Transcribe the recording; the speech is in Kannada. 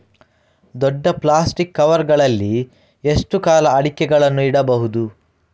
ದೊಡ್ಡ ಪ್ಲಾಸ್ಟಿಕ್ ಕವರ್ ಗಳಲ್ಲಿ ಎಷ್ಟು ಕಾಲ ಅಡಿಕೆಗಳನ್ನು ಇಡಬಹುದು?